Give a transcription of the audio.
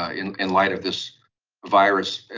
ah in in light of this virus,